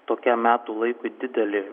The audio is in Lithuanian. tokiam metų laikui didelė